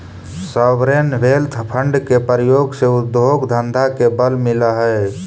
sovereign wealth fund के प्रयोग से उद्योग धंधा के बल मिलऽ हई